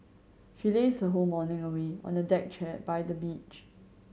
she lazed her whole morning away on a deck chair by the beach